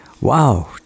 wow